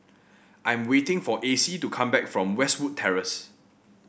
I am waiting for Acy to come back from Westwood Terrace